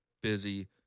busy